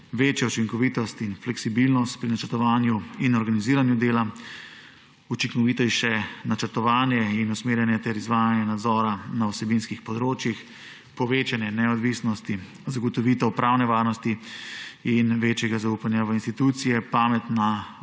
večja učinkovitost in fleksibilnost pri načrtovanju in organiziranju dela; učinkovitejše načrtovanje in usmerjanje ter izvajanje nadzora na vsebinskih področjih; povečanje neodvisnosti, zagotovitev pravne varnosti in večjega zaupanja v institucije; pametna